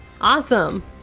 awesome